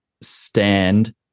stand